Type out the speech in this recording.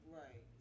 right